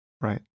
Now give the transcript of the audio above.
right